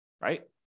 right